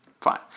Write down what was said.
Fine